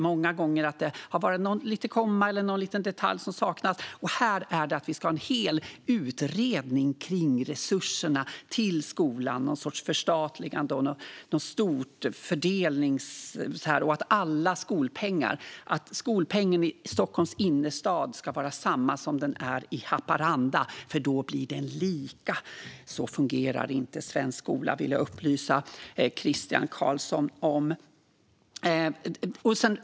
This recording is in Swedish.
Många gånger har det varit att det saknas något komma eller någon liten detalj, och här är det att vi ska ha en hel utredning kring resurserna till skolan - något slags förstatligande, något stort fördelningsförslag och att skolpengen i Stockholms innerstad ska vara samma som i Haparanda, för då blir det lika. Så fungerar inte svensk skola, vill jag upplysa Christian Carlsson om.